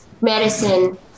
medicine